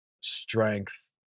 strength